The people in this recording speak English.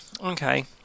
Okay